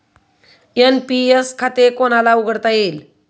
NPS खाते कोणाला उघडता येईल?